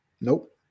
Nope